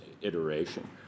iteration